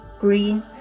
green